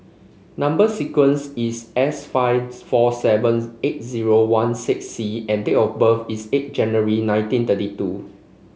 number sequence is S five four seven eight zero one six C and date of birth is eight January nineteen thirty two